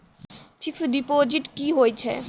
Fixed deposit की होय छै?